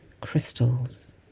crystals